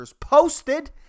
posted